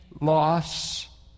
loss